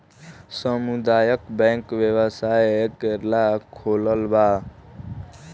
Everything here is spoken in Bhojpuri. सामुदायक बैंक व्यवसाय करेला खोलाल बा